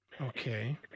Okay